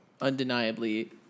undeniably